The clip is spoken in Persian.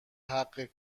حقوق